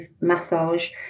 massage